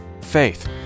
faith